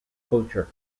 culture